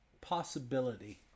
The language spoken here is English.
possibility